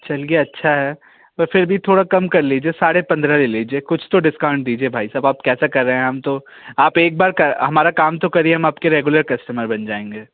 चल गया अच्छा है पर फिर भी थोड़ा कम कर लीजिए साढ़े पंद्रह ले लीजिए कुछ तो डिस्काउंट दीजिए भाई साहब आप कैसे कर रहे हैं हम तो आप एक बार क हमारा काम तो करिए हम आपके रेगुलर कस्टमर बन जाएंगे